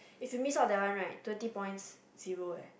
if you missed out that one right twenty points zero leh